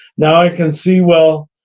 now i can see, well,